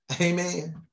Amen